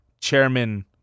Chairman